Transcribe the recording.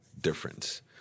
difference